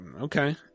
okay